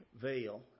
veil